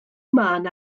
mân